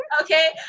Okay